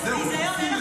ביזיון.